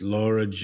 Laura